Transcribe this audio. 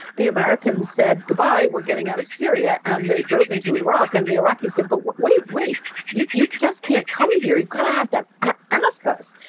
the americans said goodbye we're getting out of syria and they drove into iraq and the iraqis said but wait wait you you just can't come here you kind of have to ah ask us.